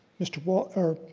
mr. walt, or,